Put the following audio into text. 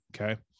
Okay